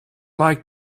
like